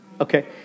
Okay